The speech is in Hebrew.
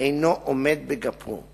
אינו עומד בגפו,